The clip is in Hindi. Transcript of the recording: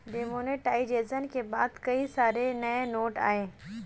डिमोनेटाइजेशन के बाद कई सारे नए नोट आये